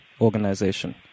organization